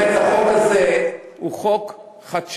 אני מסכים שבאמת החוק הזה הוא חוק חדשני,